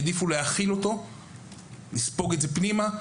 במקום זאת העדיפו להכיל אותו ולספוג את זה פנימה.